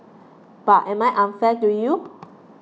but am I unfair to you